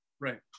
right